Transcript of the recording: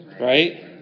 right